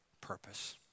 purpose